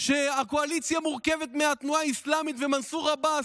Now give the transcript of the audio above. שהקואליציה מורכבת מהתנועה האסלאמית ומנסור עבאס,